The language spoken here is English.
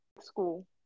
school